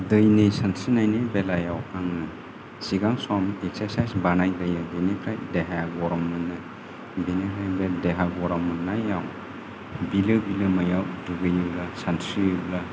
दैनि सानस्रिनायनि बेलायाव आङो सिगां सम एक्सारसाइस बानायग्रोयो बिनिफ्राय देहाया गरम मोनो बिनिफ्राय बे देहा गरम मोननायाव बिलो बिलोमायाव दुगैयोब्ला सानस्रियोब्ला